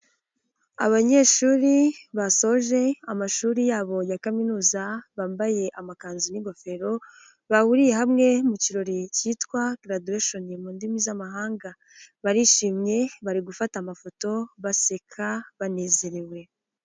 Abanyeshuri basoje amashuri yabo ya kaminuza, bambaye amakanzu n'ingofero, bahuriye hamwe mu kirori cyitwa garaduweshoni mu ndimi z'amahanga, barishimye bari gufata amafoto baseka banezerewe.